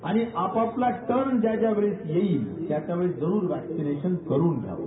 आणि आप आपला टर्न ज्या ज्यावेळेस येईल त्या त्यावेळी जरुर व्हॅक्सीनेशन करुन घ्यावं